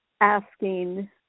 asking